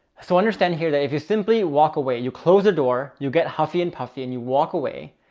so understanding here that if you simply walk away, you close the door, you'll get huffy and puffy and you walk away.